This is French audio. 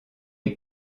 est